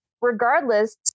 regardless